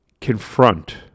Confront